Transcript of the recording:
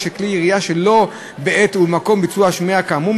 של כלי ירייה שלא בעת ובמקום ביצוע השמירה כאמור,